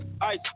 ice